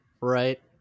right